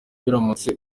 biramutse